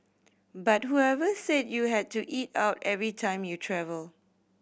but whoever said you had to eat out every time you travel